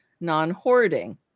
non-hoarding